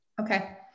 Okay